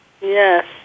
Yes